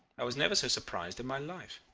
i was never so surprised in my life.